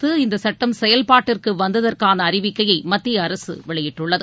அந்த சுட்டம் செயல்பாட்டிற்கு வந்ததற்கான அறிவிக்கையை மத்திய அரசு வெளியிட்டுள்ளது